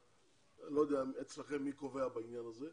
לא יודע אצלכם מי קובע בעניין הזה,